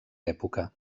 època